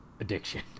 addiction